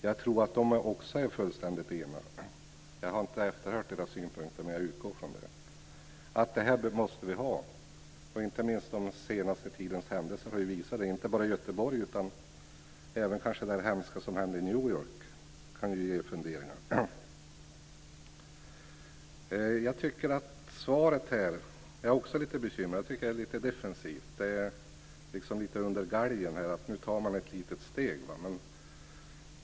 Jag tror att de också där är fullständigt eniga. Jag har inte efterhört deras synpunkter, men jag utgår från detta. Det här måste vi ha. Inte minst den senaste tidens händelser har ju visat det. Det gäller inte bara det som hände i Göteborg. Även det hemska som hände i New York kan ju ge funderingar. Jag är också lite bekymrad över svaret. Jag tycker att det är lite defensivt. Man tar nu, liksom lite under galgen, ett litet steg.